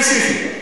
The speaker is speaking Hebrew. תכל'ס, פיש אישי.